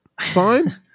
fine